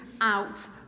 out